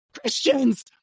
Christians